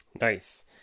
Nice